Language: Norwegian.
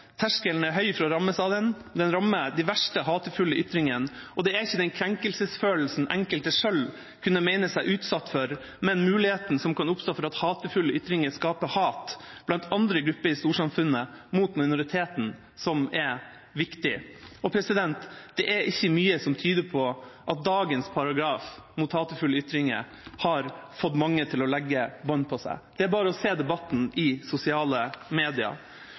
terskelen er høy for å rammes av den. Den rammer de verste hatefulle ytringene, og det er ikke den krenkelsesfølelsen enkelte selv kunne mene seg utsatt for, men muligheten som kan oppstå for at hatefulle ytringer skaper hat blant andre grupper i storsamfunnet mot minoritetene, som er viktig. Det er ikke mye som tyder på at dagens paragraf mot hatefulle ytinger har fått mange til å legge bånd på seg. Bare se debatten i sosiale medier.